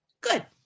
Good